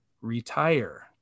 retire